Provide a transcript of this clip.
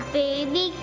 baby